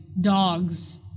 Dogs